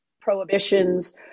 prohibitions